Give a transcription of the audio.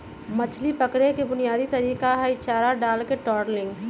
मछरी पकड़े के बुनयादी तरीका हई चारा डालके ट्रॉलिंग